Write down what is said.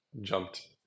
jumped